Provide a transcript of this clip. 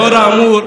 לאור האמור,